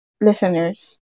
listeners